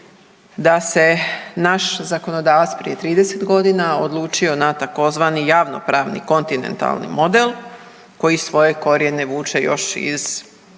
da se naš zakonodavac prije 30 godina odlučio na tzv. javnopravni kontinentalni model koji svoje korijene vuče još iz